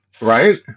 Right